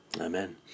Amen